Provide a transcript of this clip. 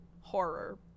horror